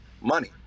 money